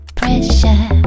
pressure